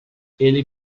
ele